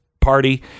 Party